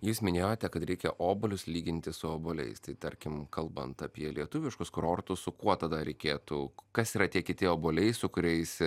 jūs minėjote kad reikia obuolius lyginti su obuoliais tai tarkim kalbant apie lietuviškus kurortus su kuo tada reikėtų kas yra tie kiti obuoliai su kuriais